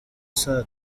saa